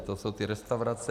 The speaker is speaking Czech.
To jsou ty restaurace.